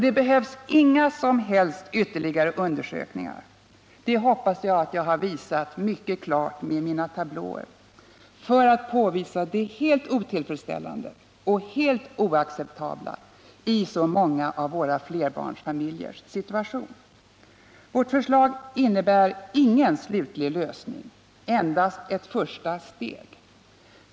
Det behövs inga som helst ytterligare undersökningar — det Nr 55 hoppas jag att jag visat mycket klart med mina tablåer — för att påvisa det helt otillfredsställande och helt oacceptabla i många av våra flerbarnsfamiljers situation. Vårt förslag innebär ingen slutlig lösning, endast ett första steg.